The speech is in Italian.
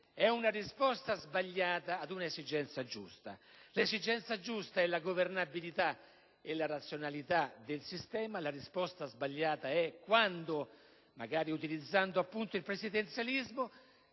è una risposta sbagliata ad un'esigenza giusta. L'esigenza giusta è la governabilità, la razionalità del sistema, la risposta sbagliata è quando, utilizzando il presidenzialismo,